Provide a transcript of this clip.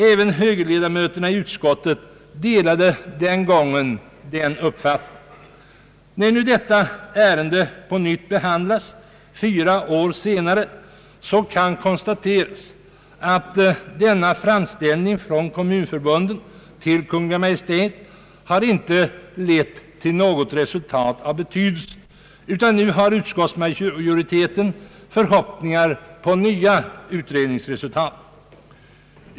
Även högerledamöterna i utskottet delade den gången utskottets uppfattning. När detta ärende nu på nytt behandlas fyra år senare kan konstateras att denna framställning från kommunförbunden till Kungl. Maj:t inte har lett till något resultat av betydelse, utan i dagens läge hyser utskottsmajoriteten förhoppningar på nya utredningar.